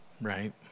right